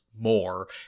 more